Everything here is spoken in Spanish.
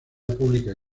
pública